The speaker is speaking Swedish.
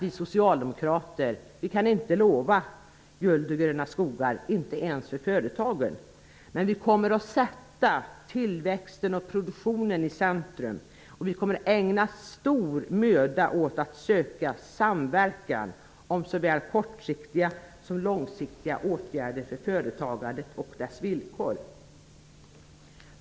Vi socialdemokrater kan inte lova guld och gröna skogar, inte ens för företagen, men vi kommer att sätta tillväxten och produktionen i centrum, och vi kommer att ägna stor möda åt att söka samverkan kring såväl kortsiktiga som långsiktiga åtgärder för företagandet och dess villkor.